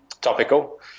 topical